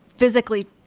physically